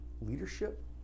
leadership